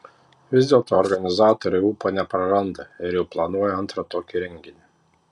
vis dėlto organizatoriai ūpo nepraranda ir jau planuoja antrą tokį renginį